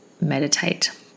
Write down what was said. meditate